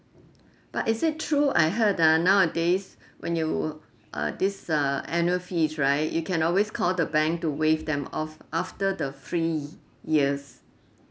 but is it true I heard that nowadays when you uh this uh annual fees right you can always call the bank to waive them off after the free years